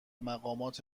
مقامات